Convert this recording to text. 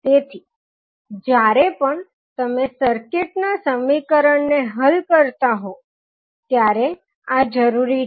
તેથી જ્યારે પણ તમે સર્કિટના સમીકરણને હલ કરતા હોવ ત્યારે આ જરૂરી છે